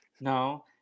No